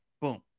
Boom